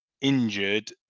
injured